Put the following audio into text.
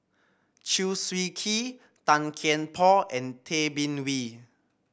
Chew Swee Kee Tan Kian Por and Tay Bin Wee